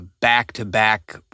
back-to-back